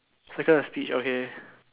circle the speech okay